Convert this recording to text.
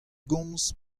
gomz